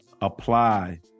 Apply